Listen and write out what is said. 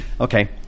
Okay